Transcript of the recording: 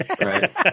right